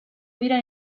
dira